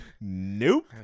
Nope